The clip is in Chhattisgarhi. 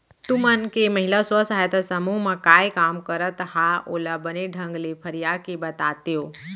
तुमन के महिला स्व सहायता समूह म काय काम करत हा ओला बने ढंग ले फरिया के बतातेव?